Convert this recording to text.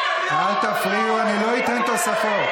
אל תפריעו, אני לא אתן תוספות.